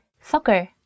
soccer